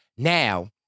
Now